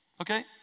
okay